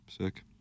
Sick